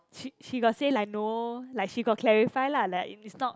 she she got say like no like she got clarify lah like it's not